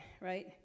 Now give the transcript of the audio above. right